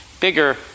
bigger